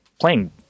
playing